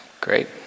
great